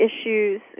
issues